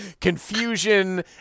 confusion